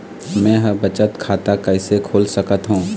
मै ह बचत खाता कइसे खोल सकथों?